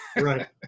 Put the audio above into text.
right